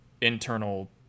internal